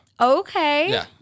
Okay